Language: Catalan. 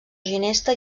ginesta